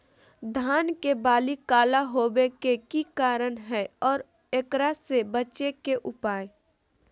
धान के बाली काला होवे के की कारण है और एकरा से बचे के उपाय?